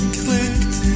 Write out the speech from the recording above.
clicked